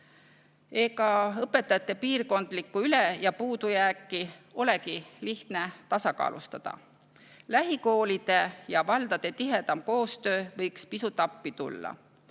Ega õpetajate piirkondlikku üle- ja puudujääki olegi lihtne tasakaalustada. Lähikoolide ja -valdade tihedam koostöö võiks pisut aidata: